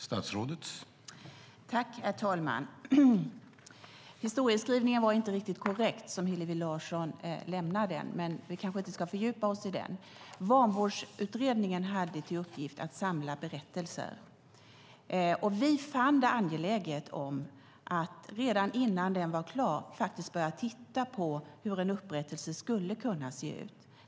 Herr talman! Den historieskrivning som Hillevi Larsson lämnade var inte riktigt korrekt, men vi kanske inte ska fördjupa oss i den. Vanvårdsutredningen hade till uppgift att samla berättelser, och vi fann det angeläget att redan innan den var klar börja titta på hur en upprättelse skulle kunna se ut.